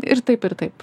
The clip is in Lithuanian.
ir taip ir taip